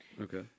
Okay